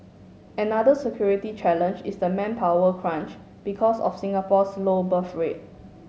another security challenge is the manpower crunch because of Singapore's low birth rate